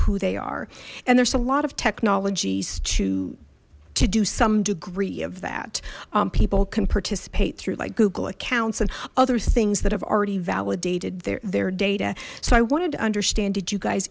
who they are and there's a lot of technologies too to do some degree of that people can participate through like google accounts and other things that have already validated their their data so i wanted to understand did you guys